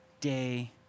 day